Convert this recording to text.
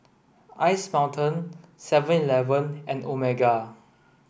Ice Mountain seven eleven and Omega